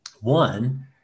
One